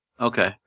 Okay